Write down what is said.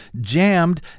jammed